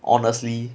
honestly